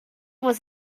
was